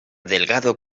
delgado